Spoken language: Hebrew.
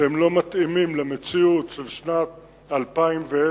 שהם לא מתאימים למציאות של שנת 2010,